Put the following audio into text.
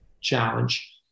challenge